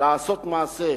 לעשות מעשה,